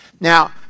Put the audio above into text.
Now